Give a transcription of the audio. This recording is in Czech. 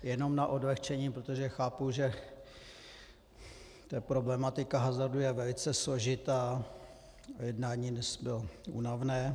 Jenom na odlehčení, protože chápu, že problematika hazardu je velice složitá a jednání dnes bylo únavné.